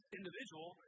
individual